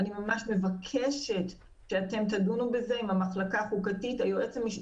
אתם תדונו עם המחלקה החוקתית של הממשלה.